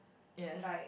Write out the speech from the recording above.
yes